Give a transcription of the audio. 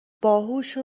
باهوشو